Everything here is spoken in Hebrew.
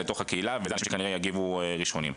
ואלה האנשים שכנראה יגיבו ראשונים.